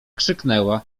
krzyknęła